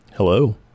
Hello